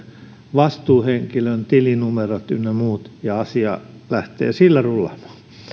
vastuuhenkilön tilinumerot ynnä muut ja asia lähtee sillä rullaamaan